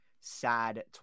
sad